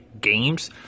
games